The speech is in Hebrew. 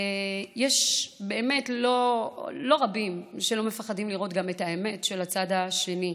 יש באמת לא רבים שלא מפחדים לראות גם את האמת של הצד השני,